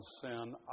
sin